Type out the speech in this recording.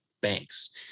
banks